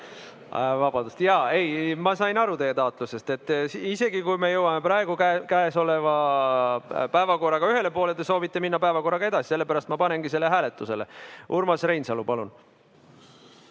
Vabandust! Jaa, ma sain aru teie taotlusest. Isegi kui me jõuame käesoleva päevakorra[punkti]ga ühele poole, te soovite minna päevakorraga edasi. Sellepärast ma panengi selle hääletusele. Urmas Reinsalu, palun!